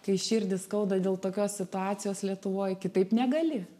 kai širdį skauda dėl tokios situacijos lietuvoj kitaip negali